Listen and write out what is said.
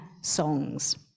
songs